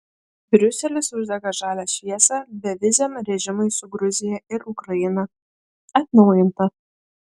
briuselis uždega žalią šviesą beviziam režimui su gruzija ir ukraina atnaujinta